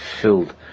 filled